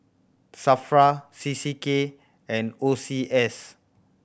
SAFRA C C K and O C S